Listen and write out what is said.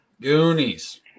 Goonies